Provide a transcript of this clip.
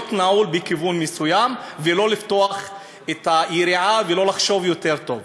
להיות נעול בכיוון מסוים ולא לפתוח את היריעה ולא לחשוב יותר טוב.